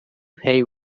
pay